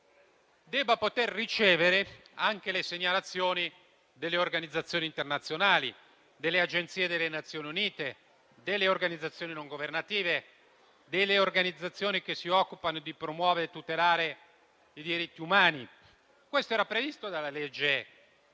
possano ricevere anche le segnalazioni delle organizzazioni internazionali, delle agenzie delle Nazioni Unite e delle organizzazioni non governative o di quelle che si occupano di promuovere e tutelare i diritti umani. Questo era previsto dalla legge del